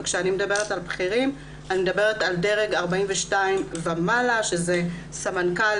וכשאני מדברת על בכירים אני מדברת על דרג 42 ומעלה שזה סמנכ"לים,